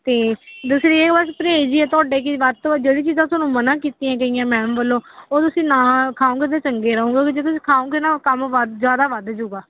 ਅਤੇ ਦੂਸਰੀ ਇਹ ਬਸ ਪਰਹੇਜ਼ ਹੀ ਆ ਤੁਹਾਡੇ ਕਿ ਵੱਧ ਤੋਂ ਵੱਧ ਜਿਹੜੀ ਚੀਜ਼ਾਂ ਤੁਹਾਨੂੰ ਮਨਾ ਕੀਤੀਆਂ ਗਈਆਂ ਮੈਮ ਵੱਲੋਂ ਉਹ ਤੁਸੀਂ ਨਾ ਖਾਓਂਗੇ ਤਾਂ ਚੰਗੇ ਰਹੋਗੇ ਕਿਉਂਕਿ ਜੇ ਤੁਸੀਂ ਖਾਓਂਗੇ ਨਾ ਉਹ ਕੰਮ ਵੱਧ ਜ਼ਿਆਦਾ ਵੱਧ ਜਾਵੇਗਾ